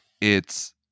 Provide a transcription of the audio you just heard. it's-